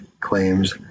claims